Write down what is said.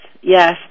yes